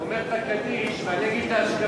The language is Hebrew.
אומר כאן קדיש, אני אגיד את האשכבה.